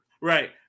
Right